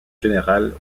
général